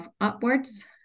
upwards